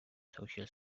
social